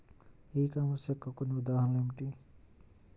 ఈ కామర్స్ యొక్క కొన్ని ఉదాహరణలు ఏమిటి?